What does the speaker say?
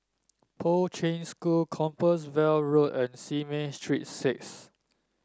Poi Ching School Compassvale Road and Simei Street Six